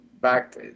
back